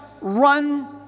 run